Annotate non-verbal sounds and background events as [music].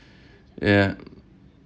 [breath] ya